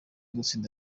gutsinda